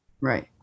right